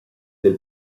del